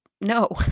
no